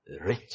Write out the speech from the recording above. rich